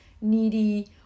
needy